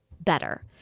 better